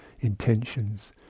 Intentions